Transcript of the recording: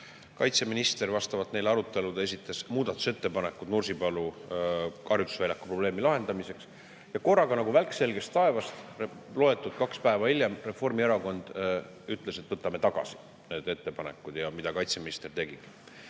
Kaitseminister vastavalt neile aruteludele esitas muudatusettepanekud Nursipalu harjutusväljaku probleemi lahendamiseks. Ja korraga, nagu välk selgest taevast, kaks päeva hiljem, Reformierakond ütles, et võetakse tagasi need ettepanekud, mis kaitseminister tegi.